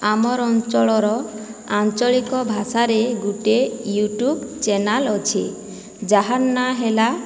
ଆମର୍ ଅଞ୍ଚଳର ଆଞ୍ଚଳିକ ଭାଷାରେ ଗୁଟେ ୟୁଟ୍ୟୁବ ଚ୍ୟାନେଲ ଅଛେ ଯାହାର୍ ନାଁ ହେଲା